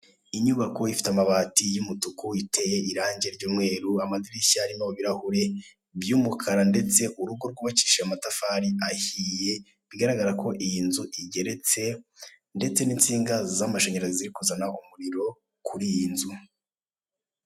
Inyubako ifite amabati y'umutuku, iteye irangi ry'umweru, amadirishya arimo ibirahure by'umukara, ndetse urugo rwubakishije amatafari ahiye bigaragara ko iyi nzu igeretse, ndetse n'insiga z'amashanyarazi ziri kuzana umuriro kur'iyi nzu.